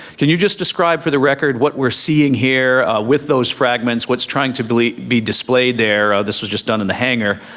can you just describe for the record what we're seeing here with those fragments, what's trying to be displayed there, this was just done in the hanger,